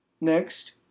Next